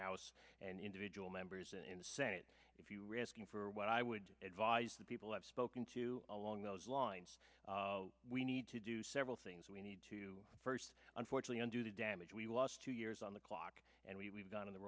house and individual members and in the senate if you risking for what i would advise the people i've spoken to along those lines we need to do several things we need to first unfortunately under the damage we lost two years on the clock and we've gone in the